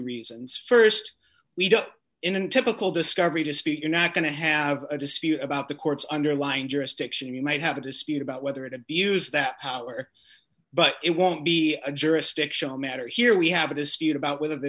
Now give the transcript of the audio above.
reasons st we don't in typical discovery to speak you're not going to have a dispute about the court's underlying jurisdiction you might have a dispute about whether it abuse that power but it won't be a jurisdictional matter here we have a dispute about whether the